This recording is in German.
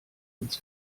ins